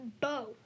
bow